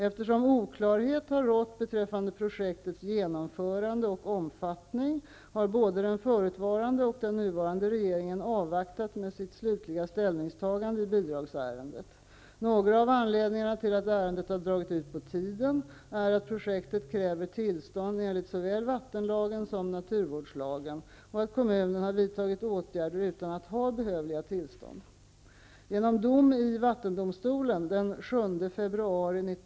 Eftersom oklarhet har rått beträffande projektets genomförande och omfattning har både den förutvarande och den nuvarande regeringen avvaktat med sitt slutliga ställningstagande i bidragsärendet. Några av anledningarna till att ärendet har dragit ut på tiden är att projektet kräver tillstånd enligt såväl vattenlagen som naturvårdslagen, och att kommunen har vidtagit åtgärder utan att ha behövliga tillstånd.